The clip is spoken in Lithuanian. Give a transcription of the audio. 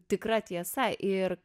tikra tiesa ir